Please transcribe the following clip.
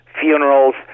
funerals